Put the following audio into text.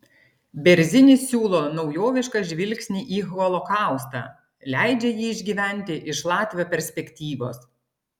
bėrzinis siūlo naujovišką žvilgsnį į holokaustą leidžia jį išgyventi iš latvio perspektyvos